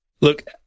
Look